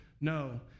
No